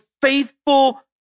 faithful